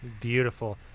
beautiful